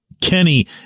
Kenny